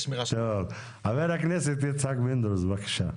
חבר הכנסת יצחק פינדרוס, בבקשה.